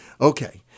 Okay